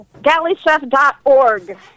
Galleychef.org